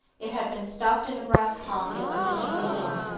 it had been stuffed in a breast pocket of his uniform.